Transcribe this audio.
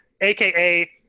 AKA